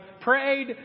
prayed